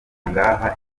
ngaha